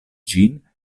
ĝin